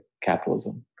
Capitalism